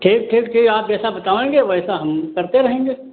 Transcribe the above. ठीक ठीक ठीक आप जैसा बतावेंगे वैसा हम करते रहेंगे